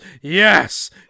Yes